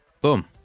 Boom